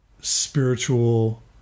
spiritual